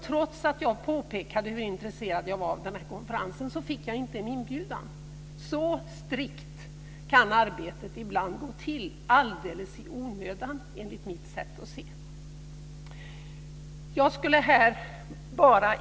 Trots att jag påpekade hur intresserad jag var av konferensen fick jag inte en inbjudan. Så strikt kan arbetet ibland gå till, enligt mitt sätt att se alldeles i onödan.